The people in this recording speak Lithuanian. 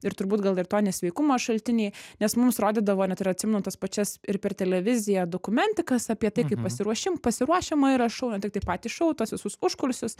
ir turbūt gal ir to nesveikumo šaltiniai nes mums rodydavo net ir atsimenu tas pačias ir per televiziją dokumentikas apie tai kaip pasiruošim pasiruošiama yra šou ne tiktai patys šau tuos visus užkulisius